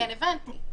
הבנתי.